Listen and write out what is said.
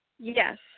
Yes